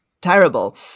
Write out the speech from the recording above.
terrible